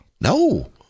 No